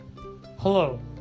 Hello